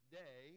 day